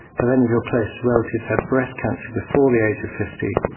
have any of your close relatives had breast cancer before the age of fifty?